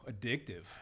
addictive